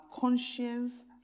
conscience